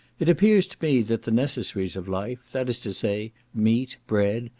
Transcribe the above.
it appears to me that the necessaries of life, that is to say, meat, bread,